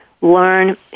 learn